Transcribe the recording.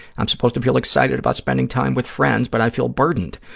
i'm supposed to feel excited about spending time with friends, but i feel burdened.